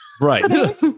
right